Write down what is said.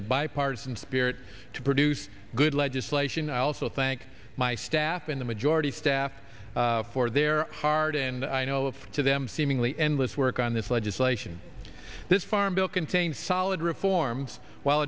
a bipartisan spirit to produce good legislation i also thank my staff and the majority staff for their hard and i know it to them seemingly endless work on this legislation this farm bill contains solid reforms while